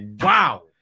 Wow